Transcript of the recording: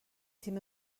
تیم